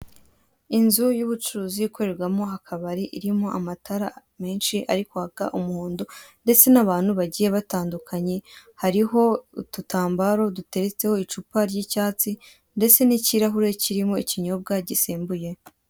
Inzu yubucuruzi ikorerwamo akabari irimo amatara menshi ari kwaka umuhondo ndetse n'abantu bagiye batandukanye, hariho ututambaro duteretseho icupa ry'icyatsi ndetse n'ikirahure kirimo ikinyobwa gisembuye.